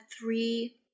three